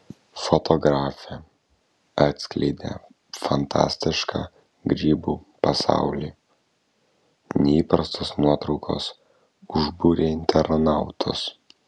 fotografė atskleidė fantastišką grybų pasaulį neįprastos nuotraukos užbūrė internautus